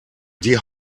die